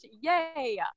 yay